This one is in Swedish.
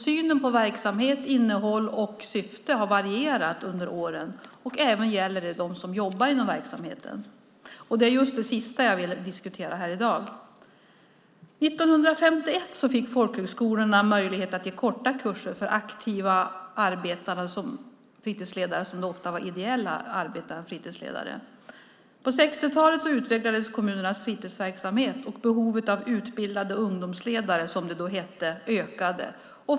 Synen på verksamhet, innehåll och syfte har varierat under åren. Det gäller även dem som jobbar inom verksamheten. Det är just det sista jag vill diskutera här i dag. År 1951 fick folkhögskolorna möjlighet att ge korta kurser för aktivt arbetande fritidsledare, som då ofta var ideellt arbetande. På 60-talet utvecklades kommunernas fritidsverksamhet, och behovet av utbildade ungdomsledare, som det då hette, ökade.